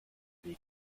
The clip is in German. weg